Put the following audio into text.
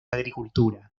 agricultura